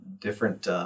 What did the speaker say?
different